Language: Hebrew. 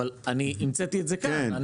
אבל אני המצאתי את זה כאן.